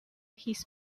his